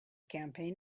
campaign